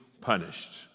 punished